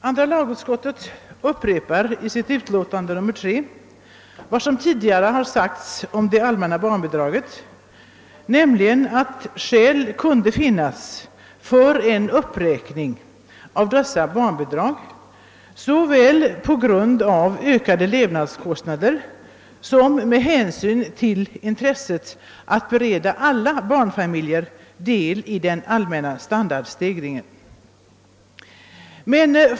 Andra lagutskottet upprepar i sitt utlåtande nr 3 vad som tidigare har sagts om det allmänna barnbidraget, nämligen att skäl kunde finnas för en uppräkning av dessa såväl på grund av ökade levnadskostnader som med hänsyn till intresset att bereda alla barnfamiljer del i den allmänna standardstegringen.